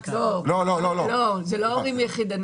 אחים ואחיות